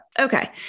Okay